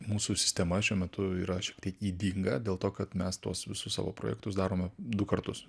mūsų sistema šiuo metu yra šiek tiek ydinga dėl to kad mes tuos visus savo projektus darome du kartus